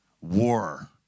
war